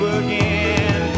again